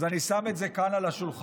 אז אני שם את זה כאן על השולחן.